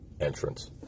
entrance